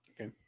Okay